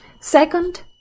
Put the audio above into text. Second